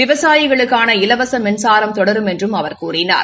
விவசாயிகளுக்கான இலவச மின்சாரம் தொடரும் என்றும் அவர் கூறினார்